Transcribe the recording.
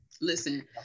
Listen